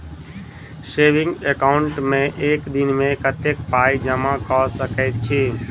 Saving account मे एक दिनमे कतेक पाई जमा कऽ सकैत छी?